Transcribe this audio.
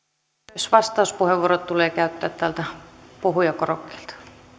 myös vastauspuheenvuorot tulee käyttää täältä puhujakorokkeelta